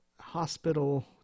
hospital